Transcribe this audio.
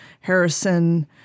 Harrison